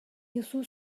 duzu